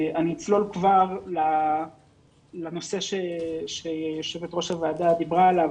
אני אצלול לנושא שיושבת ראש הוועדה דיברה עליו,